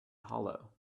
hollow